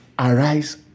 Arise